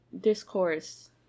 discourse